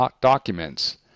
documents